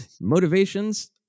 Motivations